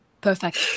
Perfect